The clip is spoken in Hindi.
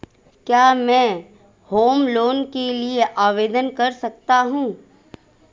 क्या मैं होम लोंन के लिए आवेदन कर सकता हूं?